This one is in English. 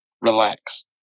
relax